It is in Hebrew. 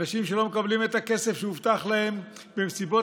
אנשים לא מקבלים את הכסף שהובטח להם במסיבות